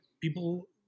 people